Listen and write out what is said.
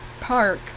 Park